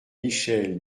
michel